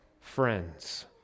friends